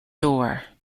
door